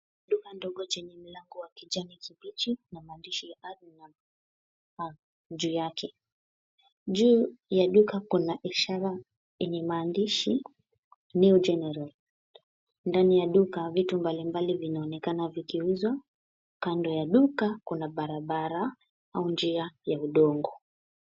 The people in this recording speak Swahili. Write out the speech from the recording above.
Nyumba ndogo chenye mlango wa kijani kibichi na maandishi ya ardhi juu yake. Juu ya duka kuna ishara enye maandishi New General . Ndani ya duka vitu mbalimbali vinaonekana vikiuzwa. Kando ya duka kuna barabara au njia ya udongo.